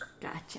Gotcha